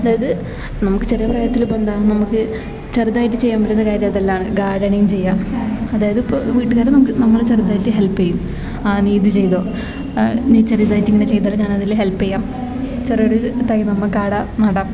അതായത് നമുക്ക് ചെറിയ പ്രായത്തിൽ ഇപ്പെന്താ നമുക്ക് ചെറുതായിട്ട് ചെയ്യാൻ പറ്റുന്ന കാര്യം അതെല്ലാം ആണ് ഗാർഡനിങ്ങ് ചെയ്യാ അതായത് ഇപ്പോൾ വീട്ടുകാരെ നമ്മൾ ചെറുതായിട്ട് ഹെല്പ് ചെയ്യും ആ നീ ഇത് ചെയ്തോ നീ ചെറുതായിട്ട് ഇങ്ങനെ ചെയ്താൽ ഞാൻ അതിൽ ഹെൽപ്പ് ചെയ്യാം ചെറിയൊരു തൈയ്യ് നമുക്കടാം നടാം